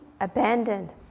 abandoned